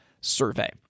survey